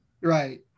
right